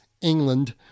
England